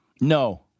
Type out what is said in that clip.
No